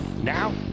Now